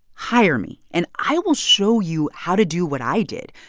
hire me, and i will show you how to do what i did,